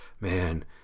man